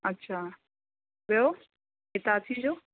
अछा ॿियो हिताची जो